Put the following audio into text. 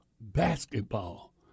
basketball